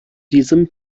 diesem